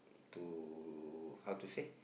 to how to say